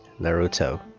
Naruto